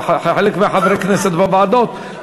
וחלק מחברי הכנסת בוועדות,